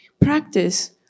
practice